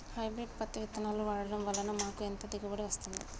Hybrid పత్తి విత్తనాలు వాడడం వలన మాకు ఎంత దిగుమతి వస్తుంది?